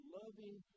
loving